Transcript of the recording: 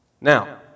Now